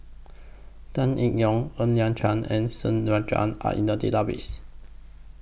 Tan Eng Yoon Ng Liang Chiang and S Rajendran Are in The Database